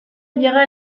llega